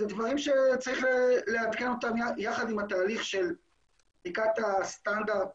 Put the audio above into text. אלה דברים שצריך לעדכן אותם יחד עם התהליך של בדיקת הסטנדרט